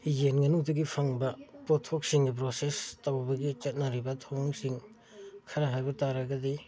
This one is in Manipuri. ꯌꯦꯟ ꯉꯥꯅꯨꯗꯒꯤ ꯐꯪꯕ ꯄꯣꯠꯊꯣꯛꯁꯤꯡ ꯄ꯭ꯔꯣꯁꯦꯁ ꯇꯧꯕꯒꯤ ꯈꯦꯠꯅꯔꯤꯕ ꯊꯧꯑꯣꯡꯁꯤꯡ ꯈꯔ ꯍꯥꯏꯕ ꯇꯥꯔꯒꯗꯤ